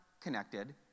connected